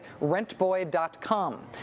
rentboy.com